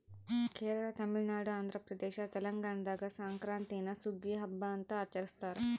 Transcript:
ಕೇರಳ ತಮಿಳುನಾಡು ಆಂಧ್ರಪ್ರದೇಶ ತೆಲಂಗಾಣದಾಗ ಸಂಕ್ರಾಂತೀನ ಸುಗ್ಗಿಯ ಹಬ್ಬ ಅಂತ ಆಚರಿಸ್ತಾರ